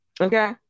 Okay